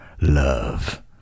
love